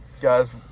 Guys